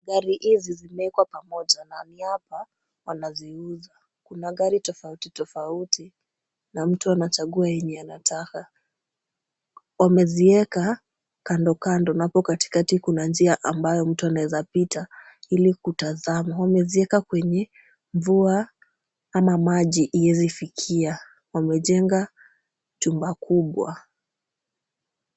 Gari hizi zimewekwa pamoja na niapa wanaziuza magari tofauti tofauti na mtu anachagua yenye anataka. Wamezieka kando kando na hapo kati kati kuna njia ambayo mtu anaweza pita ili kutazama. Wameziweka kwenye mvua ama maji iezi fikia. Wamejenga jengo kubwa.